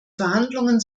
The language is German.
verhandlungen